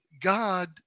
God